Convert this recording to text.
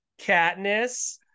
Katniss